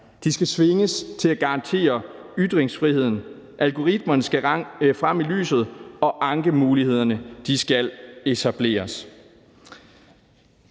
De skal tvinges til at garantere ytringsfriheden. Algoritmerne skal frem i lyset, og ankemulighederne skal etableres.